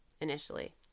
initially